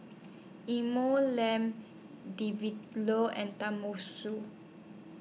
Lane D V Loo and